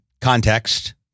context